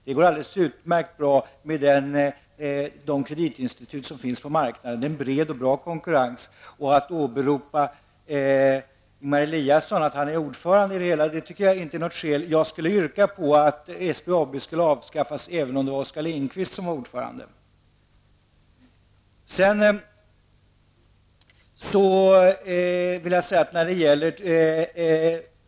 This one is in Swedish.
Det räcker utmärkt bra med de kreditinstitut som redan finns på marknaden. Konkurrensen är både bred och bra. Att åberopa att Ingemar Eliasson är ordförande i SBAB är inget skäl för att bolaget skall finnas kvar. Även om Oskar Lindkvist var ordförande skulle jag yrka att SBAB avskaffades.